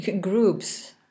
groups